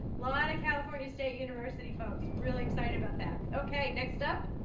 lalana california state university folks really excited about that okay next up